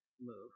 move